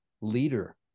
leader